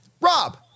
Rob